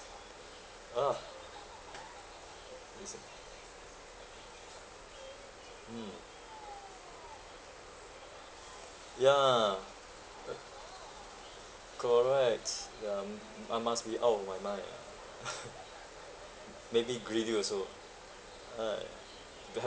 ah mm ya correct ya um I must be out of my mind ah maybe greedy also right you've